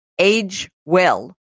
AGEWELL